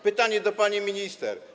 Pytanie do pani minister.